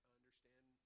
understand